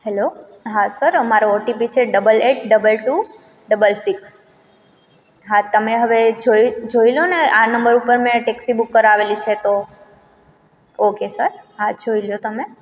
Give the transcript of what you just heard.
hello હા sir અમારો OTP છે double eight double two double six હા તમે હવે એ જોઈ જોઈ લો ને આ નંબર ઉપર મેં ટેક્સી બુક કરાવેલી છે તો ઓકે સર હા જોઈ લો તમે